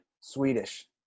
Swedish